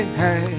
hey